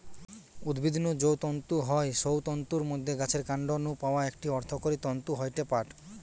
উদ্ভিদ নু যৌ তন্তু হয় সৌ তন্তুর মধ্যে গাছের কান্ড নু পাওয়া একটি অর্থকরী তন্তু হয়ঠে পাট